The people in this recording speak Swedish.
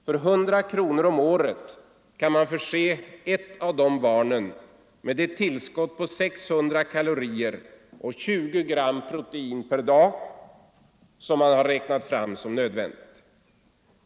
För 100 kronor om året kan vi förse ett av dessa barn med ett tillskott på 600 kalorier och 20 gram protein per dag, ett tillskott som man har räknat som nödvändigt.